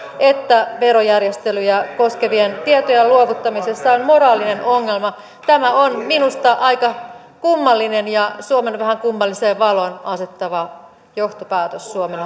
että verojärjestelyjä koskevien tietojen luovuttamisessa on moraalinen ongelma tämä on minusta aika kummallinen ja suomen vähän kummalliseen valoon asettava johtopäätös suomen